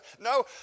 No